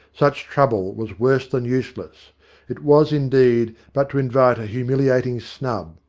such trouble was worse than useless it was, indeed, but to invite a humiliating snub.